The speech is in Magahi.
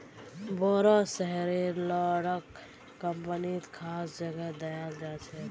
बोरो शेयरहोल्डरक कम्पनीत खास जगह दयाल जा छेक